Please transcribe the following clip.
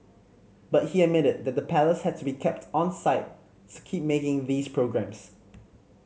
but he admitted that the Palace had to be kept onside keep making these programmes